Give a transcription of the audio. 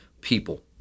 people